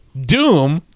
Doom